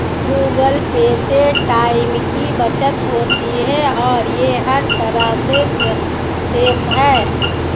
Google Pay से time की बचत होती है और ये हर तरह से सेफ है